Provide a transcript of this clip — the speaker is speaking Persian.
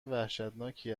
وحشتناکی